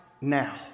now